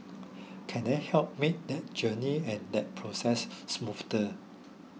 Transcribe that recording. can I help make that journey and that process smoother